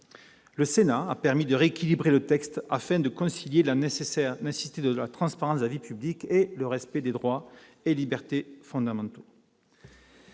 Le Sénat a permis de rééquilibrer le projet de loi ordinaire, afin de concilier la nécessité de la transparence de la vie publique et le respect des droits et libertés fondamentaux.